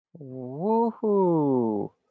Woohoo